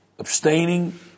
Abstaining